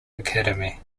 academy